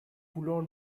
voulant